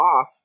off